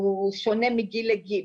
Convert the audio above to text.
שהוא שונה מגיל לגיל,